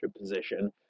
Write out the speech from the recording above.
position